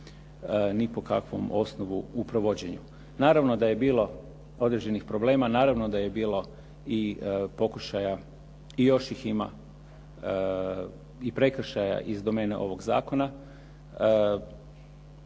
ni po kakvom osnovu u provođenju. Naravno da je bilo određenih problema, naravno da je bilo i pokušaja i još ih ima i prekršaja iz domene ovoga zakona.